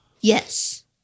Yes